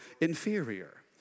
inferior